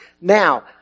Now